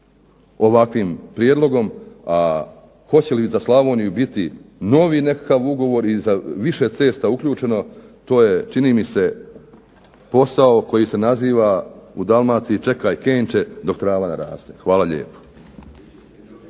ovakvim prijedlogom, a hoće li za Slavoniju biti novi nekakav ugovor i za više cesta uključeno, to je čini mi se posao koji se naziva u Slavoniji "čekaj kenče dok trava naraste". Hvala lijepa.